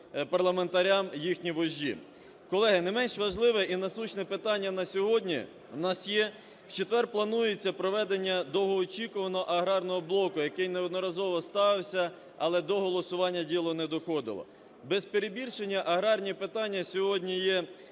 парламентарям їхні вожді. Колеги, не менш важливе і насущне питання на сьогодні у нас є. В четвер планується проведення довгоочікуваного аграрного блоку, який неодноразово ставився, але до голосування діло не доходило. Без перебільшення, аграрні питання сьогодні є